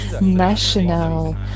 national